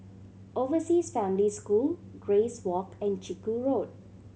Overseas Family School Grace Walk and Chiku Road